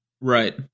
Right